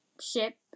ship